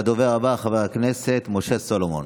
הדובר הבא, חבר הכנסת משה סולומון.